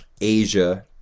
Asia